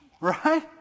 Right